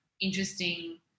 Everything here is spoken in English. interesting